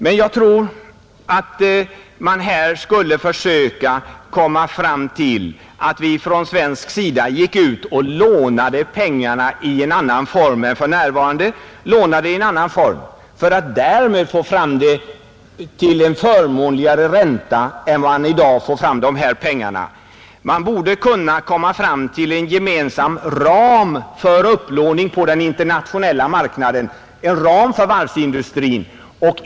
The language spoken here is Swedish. Men jag tror att man från svensk sida bör försöka låna pengarna i annan form än för närvarande för att få en fördelaktigare ränta än man får i dag. Man borde kunna komma fram till en gemensam ram för varvsindustrin för upplåning på den internationella marknaden.